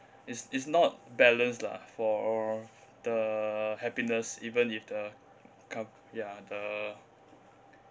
it's it's not balanced lah for the happiness even if the gov~ ya the